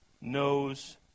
knows